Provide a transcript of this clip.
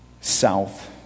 south